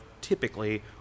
typically